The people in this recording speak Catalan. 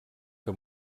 que